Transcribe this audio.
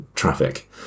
traffic